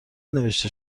نوشته